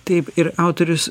taip ir autorius